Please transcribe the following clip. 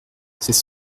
c’est